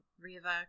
riva